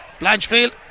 Blanchfield